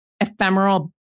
ephemeral